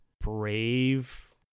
brave